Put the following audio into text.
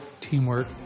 teamwork